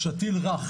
שתיל רך